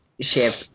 ship